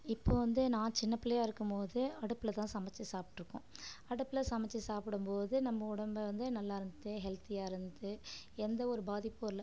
இப்போது வந்து நான் சின்ன பிள்ளையா இருக்கும் போது அடுப்பில் தான் சமச்சு சாப்பிட்ருக்கோம் அடுப்பில் சமச்சு சாப்பிடும் போது நம்ம உடம்பு வந்து நல்லா இருந்து ஹெல்த்தியாக இருந்தது எந்த ஒரு பாதிப்பும் இல்லை